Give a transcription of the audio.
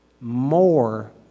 more